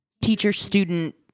teacher-student